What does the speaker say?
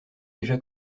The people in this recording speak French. déjà